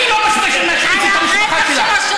אני לא משמיץ את המשפחה שלך.